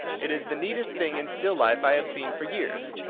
it is the neatest thing in still life i have seen for years.